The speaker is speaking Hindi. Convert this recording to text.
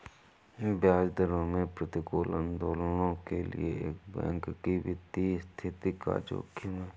ब्याज दरों में प्रतिकूल आंदोलनों के लिए एक बैंक की वित्तीय स्थिति का जोखिम है